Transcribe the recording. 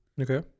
Okay